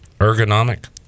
Ergonomic